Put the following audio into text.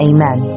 Amen